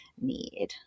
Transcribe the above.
need